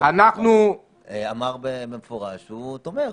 אמר במפורש שהוא תומך.